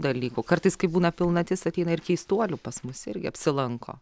dalykų kartais kai būna pilnatis ateina ir keistuolių pas mus irgi apsilanko